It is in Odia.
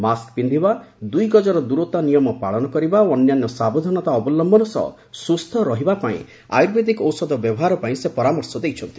ମାସ୍କ ପିବିବା ଦୁଇ ଗଜର ଦୂରତା ନିୟମ ପାଳନ କରିବା ଓ ଅନ୍ୟାନ୍ୟ ସାବଧାନତା ଅବଲମ୍ୟନ ସହ ସୁସ୍ଛ ରହିବାପାଇଁ ଆୟୁର୍ବେଦିକ ଔଷଧ ବ୍ୟବହାର ପାଇଁ ସେ ପରାମର୍ଶ ଦେଇଛନ୍ତି